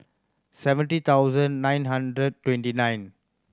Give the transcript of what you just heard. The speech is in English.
seventy thousand nine hundred twenty nine